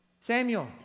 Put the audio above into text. Samuel